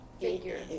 figure